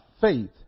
faith